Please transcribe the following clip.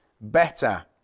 better